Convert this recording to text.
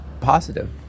positive